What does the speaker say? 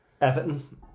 Everton